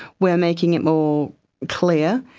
we're making it more clear.